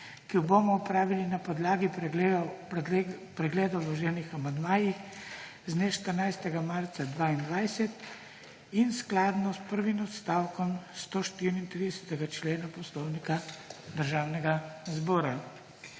ki jo bomo opravili na podlagi pregleda vloženih amandmajev z dne 14. marca 2022 in skladno s prvim odstavkom 134. člena Poslovnika Državnega zbora.